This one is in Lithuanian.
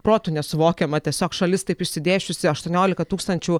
protu nesuvokiama tiesiog šalis taip išsidėsčiusi aštuoniolika tūkstančių